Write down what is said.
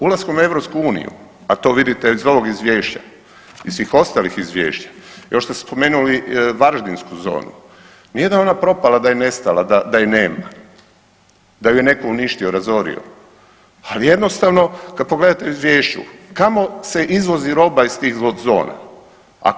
Ulaskom u EU, a to vidite iz ovog Izvješća i svih ostalih izvješća, još ste spomenuli varaždinsku zonu, nije da je ona propala, da je nestala, da je nema, da ju je netko uništio, razorio, ali jednostavno, kad pogledate u Izvješću, kamo se izvozi roba iz tog zona, ako